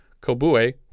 Kobue